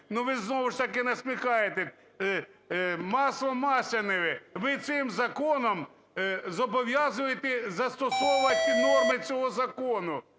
Ну ви знову ж таки насміхаєтесь – "масло масляное". Ви цим законом зобов'язуєте застосовувати норми цього закону.